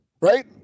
right